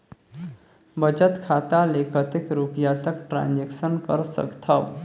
बचत खाता ले कतेक रुपिया तक ट्रांजेक्शन कर सकथव?